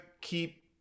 keep